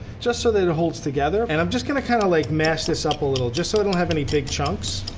just so that it holds together. and i'm just gonna kinda like mash this up a little, just so it won't have any big chunks.